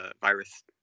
virus